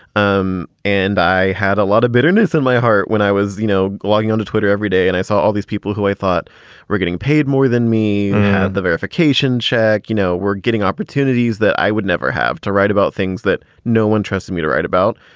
um and i had a lot of bitterness in my heart when i was, you know, logging on to twitter every day. and i saw all these people who i thought were getting paid more than me. and the verification check, you know, were getting opportunities that i would never have to write about, things that no one trusts me to write about.